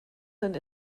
sind